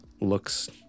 looks